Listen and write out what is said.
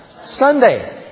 Sunday